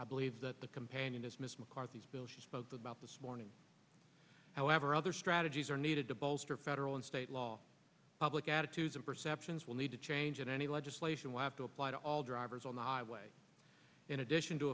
i believe that the companion is miss mccarthy's bill she spoke about this morning however other strategies are needed to bolster federal and state law public attitudes and perceptions will need to change and any legislation will have to apply to all drivers on the highway in addition to